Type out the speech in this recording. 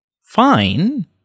fine